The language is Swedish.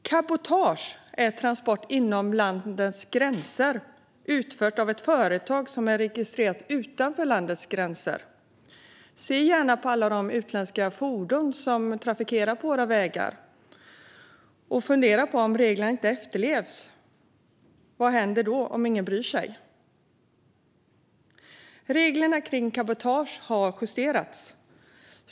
Cabotage är transport inom ett lands gränser utförd av ett företag som är registrerat utanför landets gränser. Se gärna på alla utländska fordon som trafikerar våra vägar och fundera på vad som händer om reglerna inte efterlevs och ingen bryr sig. Reglerna för cabotage har justerats.